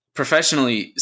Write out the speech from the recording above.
professionally